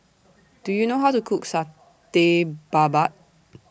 Do YOU know How to Cook Satay Babat